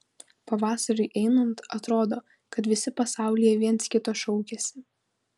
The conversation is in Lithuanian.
pavasariui einant atrodo kad visi pasaulyje viens kito šaukiasi